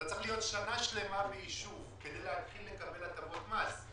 אתה צריך להיות שנה שלמה ביישוב כדי להתחיל לקבל הטבות מס.